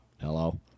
Hello